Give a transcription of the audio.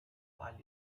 file